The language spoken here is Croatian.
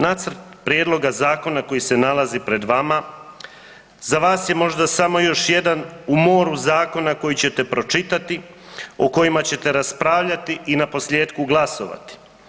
Nacrt prijedloga zakona koji se nalazi pred vama za vas je možda samo još jedan u moru zakona koji ćete pročitati, o kojima ćete raspravljati i naposljetku glasovati.